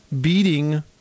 beating